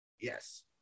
Yes